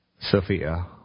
Sophia